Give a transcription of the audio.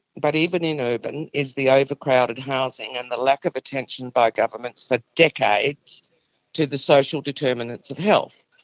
but even in urban, is the overcrowded housing and the lack of attention by governments for decades to the social determinants of health.